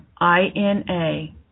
I-N-A